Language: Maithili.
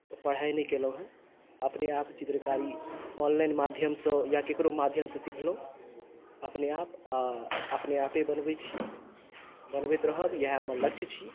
पढ़ाइ नहि केलहुँ हेँ अपनेआप चित्रकारी ऑनलाइन माध्यमसँ या ककरो माध्यमसँ सिखलहुँ अपनेआप आ अपनेआपे बनबैत छी बनबैत रहब इएह हमर लक्ष्य छी